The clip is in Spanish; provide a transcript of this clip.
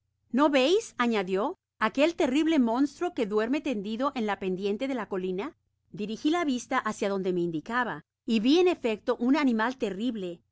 no veis añadio aquel terrible monstruo que duerme tendido en la pendiente de la colina dirigi la vista hácia donde me indicaba y vi en efecto un animal terrible